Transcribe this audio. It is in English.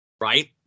right